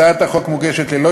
הצעת החוק מוגשת ללא